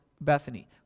Bethany